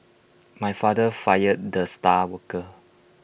my father fired the star worker